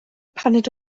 paned